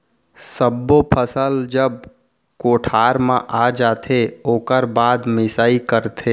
सब्बो फसल जब कोठार म आ जाथे ओकर बाद मिंसाई करथे